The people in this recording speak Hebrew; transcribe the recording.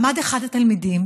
עמד אחד התלמידים